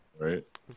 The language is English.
Right